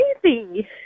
crazy